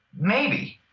maybe.